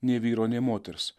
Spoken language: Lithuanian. nei vyro nei moters